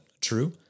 true